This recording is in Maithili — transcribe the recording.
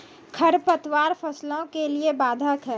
खडपतवार फसलों के लिए बाधक हैं?